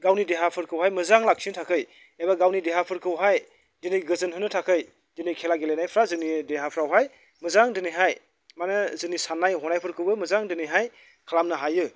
गावनि देहाफोरखौहाय मोजां लाखिनो थाखाय एबा गावनि देहाफोरखौहाय दिनै गोजोन होनो थाखाय दिनै खेला गेलेनायफ्रा जोंनि देहाफ्रावहाय मोजां दिनैहाय माने जोंनि सान्नाय हनायफोरखौबो मोजां दिनैहाय खालामनो हायो